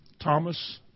Thomas